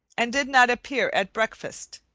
and did not appear at breakfast.